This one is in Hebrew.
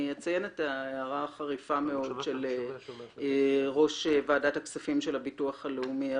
אני אציין את ההערה החריפה מאוד של ראש ועדת הכספים של הביטוח הלאומי,